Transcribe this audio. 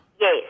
Yes